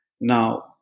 Now